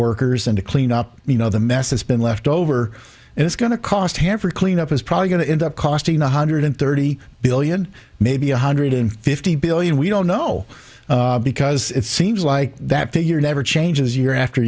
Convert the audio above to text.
workers and to clean up you know the mess it's been left over and it's going to cost hanford clean up is probably going to end up costing one hundred thirty billion maybe a hundred and fifty billion we don't know because it seems like that figure never changes year after